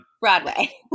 Broadway